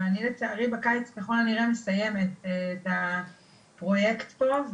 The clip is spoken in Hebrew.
אבל אני לצערי בקיץ ככל הנראה מסיימת את הפרוייקט פה,